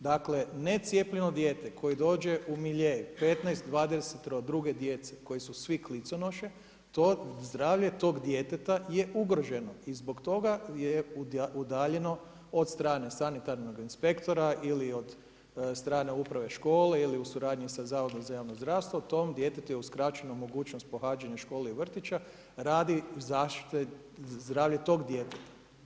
Dakle, necijepljeno dijete koje dođe u milje 15, 20-tero druge djece koji su svi kliconoše zdravlje tog djeteta je ugroženo i zbog toga je udaljeno od strane sanitarnoga inspektora ili od strane uprave škole ili u suradnji sa Zavodom za javno zdravstvo tom djetetu je uskraćena mogućnost pohađanje škole i vrtića radi zaštite zdravlja tog djeteta.